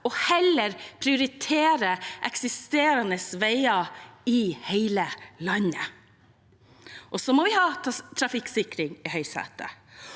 og heller prioritere eksisterende veier i hele landet. Så må vi ha trafikksikring i høysetet.